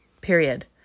period